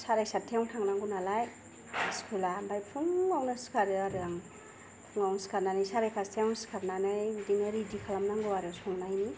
साराय सादथा यावनो थांनांगौ नालाय स्कुला ओमफाय फुङावनो सिखारो आरो आं फुंआवनो सिखारनानै साराय फासथायावनो सिखारनानै बिबदिनो रेडि खालामनांगौ आरो संनायनि